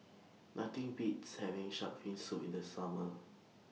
Nothing Beats having Shark's Fin Soup in The Summer